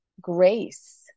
grace